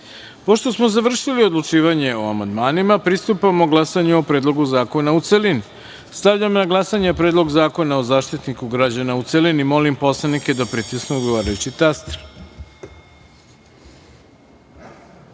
smo završili odlučivanje o amandmanima, pristupamo glasanju o Predlogu zakona u celini. Stavljam na glasanje Predlog zakona o Zaštitniku građana, u celini. Molim narodne poslanike da pritisnu odgovarajući